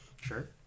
Sure